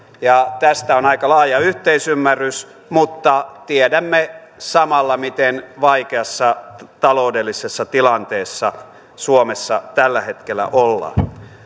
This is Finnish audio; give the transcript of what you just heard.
ja tästä on aika laaja yhteisymmärrys mutta tiedämme samalla miten vaikeassa taloudellisessa tilanteessa suomessa tällä hetkellä ollaan